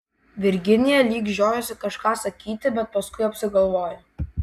virginija lyg žiojosi kažką sakyti bet paskui apsigalvojo